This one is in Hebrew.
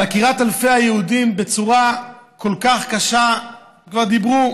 על עקירת אלפי היהודים בצורה כל כך קשה כבר דיברו,